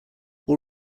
all